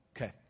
Okay